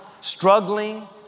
struggling